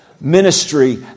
ministry